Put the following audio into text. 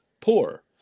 poor